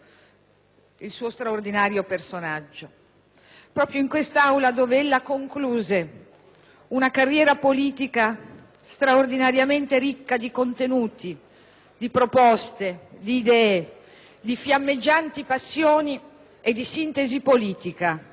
il suo straordinario personaggio,